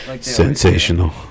Sensational